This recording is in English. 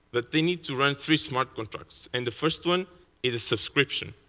but they need to write through smart contracts. and the first one is a subscription.